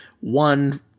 one